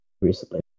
recently